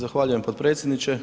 Zahvaljujem potpredsjedniče.